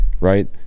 right